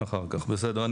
אחר כך, בסדר.